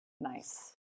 nice